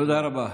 תודה רבה.